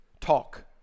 talk